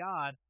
God